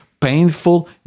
painful